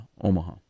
Omaha